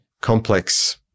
complex